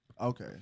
Okay